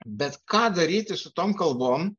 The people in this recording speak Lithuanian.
bet ką daryti su tom kalbom